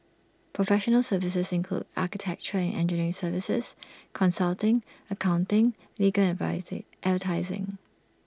professional services include architecture and engineering services consulting accounting legal and advertising